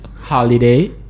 holiday